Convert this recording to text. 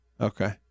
Okay